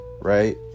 right